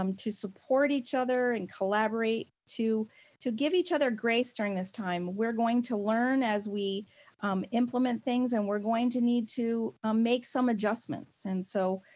um to support each other and collaborate, to to give each other grace during this time. we're going to learn as we implement things and we're going to need to make some adjustments and so